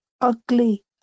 ugly